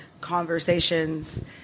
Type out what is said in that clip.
conversations